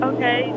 Okay